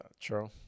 True